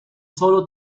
sólo